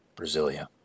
Brasilia